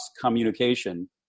communication